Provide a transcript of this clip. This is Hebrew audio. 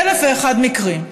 באלף ואחד מקרים.